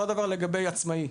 אותו הדבר לגבי העצמאיים